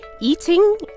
eating